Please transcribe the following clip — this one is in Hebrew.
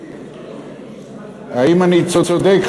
האם אני צודק,